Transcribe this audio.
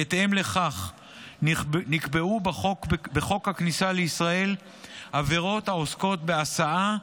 בהתאם לכך נקבעו בחוק הכניסה לישראל עבירות העוסקות בהסעה,